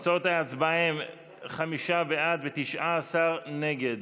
תוצאות ההצבעה הן חמישה בעד ו-19 נגד.